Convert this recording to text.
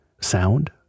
sound